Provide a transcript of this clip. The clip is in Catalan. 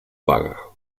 paga